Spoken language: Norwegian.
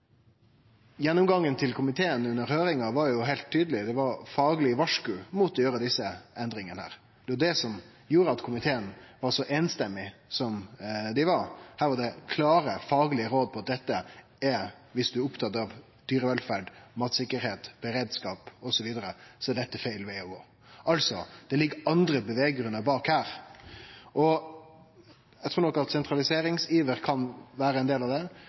Gjennomgangen til komiteen under høyringa var heilt tydeleg, det var faglege varsku mot å gjere desse endringane. Det var det som gjorde at komiteen var så samrøystes som han var, ein hadde klare faglege råd om at dersom ein er opptatt av dyrevelferd, matsikkerheit, beredskap osv., er dette feil veg å gå. Det ligg altså andre grunnar bak. Eg trur nok at sentraliseringsiver kan vere ein del av det,